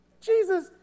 Jesus